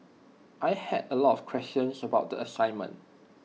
I had A lot of questions about the assignment